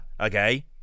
okay